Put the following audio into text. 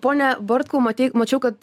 pone bartkau matei mačiau kad